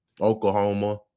Oklahoma